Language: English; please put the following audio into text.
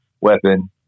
weapon